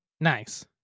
Nice